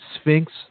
sphinx